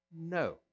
No